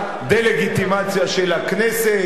דה-לגיטימציה של הכנסת,